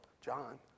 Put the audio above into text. John